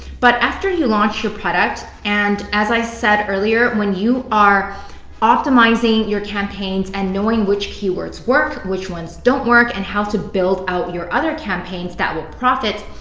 but after you launch your product and as i said earlier, when you are optimizing your campaigns and knowing which keywords work, which ones don't work, and how to build out your other campaigns that will profit,